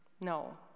no